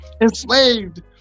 enslaved